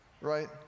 Right